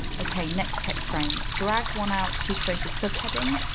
okay, next text frame, drag one out to create a subheading.